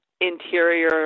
interior